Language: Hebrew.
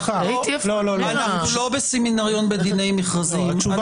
אנחנו לא בסמינריון בדיני מכרזים,